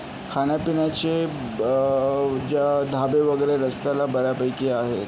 खाण्या पिण्याचे ज्या ढाबे वगैरे रस्त्याला बऱ्यापैकी आहेत